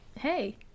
hey